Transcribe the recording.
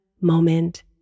moment